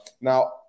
Now